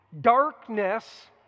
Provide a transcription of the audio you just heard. Darkness